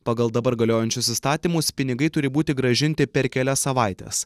pagal dabar galiojančius įstatymus pinigai turi būti grąžinti per kelias savaites